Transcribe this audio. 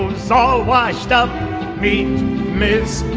so washed-up meet meets